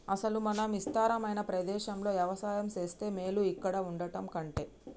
అసలు మనం ఇస్తారమైన ప్రదేశంలో యవసాయం సేస్తే మేలు ఇక్కడ వుండటం కంటె